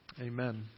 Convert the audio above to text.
Amen